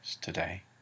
today